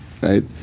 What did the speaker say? right